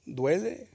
duele